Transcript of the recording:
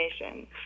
information